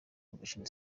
convention